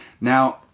Now